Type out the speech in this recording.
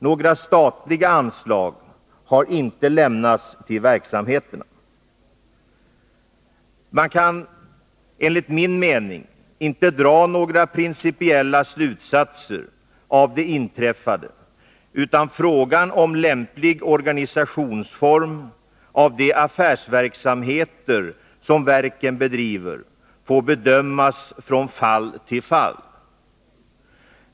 Några statliga anslag har inte lämnats till verksamheterna. Man kan enligt min mening inte dra några principiella slutsatser av det inträffade, utan frågan om lämplig organisation av de affärsverksamheter som verken bedriver får bedömas från fall till fall.